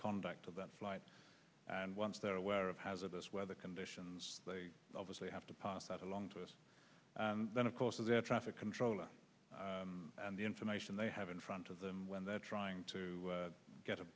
conduct of that flight and once they're aware of hazardous weather conditions they obviously have to pass that along to us and then of course of the air traffic controller and the information they have in front of them when they're trying to get a